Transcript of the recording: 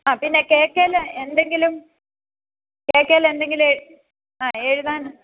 ആ പിന്നെ കേക്കേൽ എന്തെങ്കിലും കേക്കേൽ എന്തെങ്കിലും എ ആ എഴുതാൻ